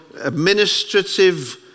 administrative